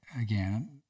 again